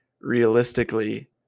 realistically